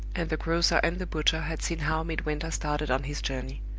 and the grocer and the butcher had seen how midwinter started on his journey.